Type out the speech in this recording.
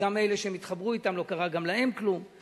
וגם אלה שהם התחברו אתם לא קרה גם להם כלום,